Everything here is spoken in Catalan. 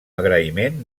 agraïment